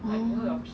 oh